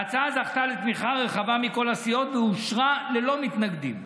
ההצעה זכתה לתמיכה רחבה מכל הסיעות ואושרה ללא מתנגדים.